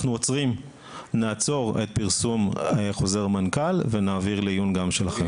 אנחנו נעצור את פרסום חוזר מנכ"ל ונעביר לעיון גם שלכם.